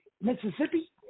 Mississippi